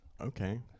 okay